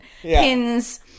pins